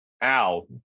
Al